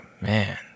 man